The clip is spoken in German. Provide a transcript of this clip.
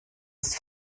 ist